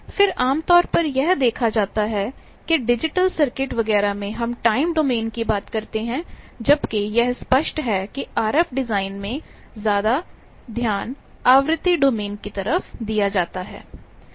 फिर आम तौर पर यह देखा जाता है कि डिजिटल सर्किट वगैरह में हम टाइम डोमेन की बात करते हैं जबकि यह स्पष्ट है कि आरएफ डिजाइन में ज्यादा ध्यान आवृत्ति डोमेन की तरफ दिया जाता है है